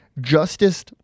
justice